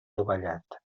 dovellat